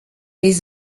les